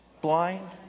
blind